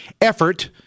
effort